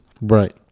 right